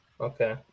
Okay